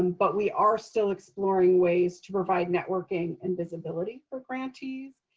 um but we are still exploring ways to provide networking and visibility for grantees.